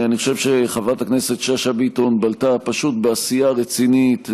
אני חושב שחברת הכנסת שאשא ביטון בלטה פשוט בעשייה רצינית,